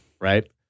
Right